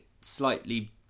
slightly